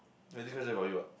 wait this question about you ah